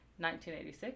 1986